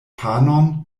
panon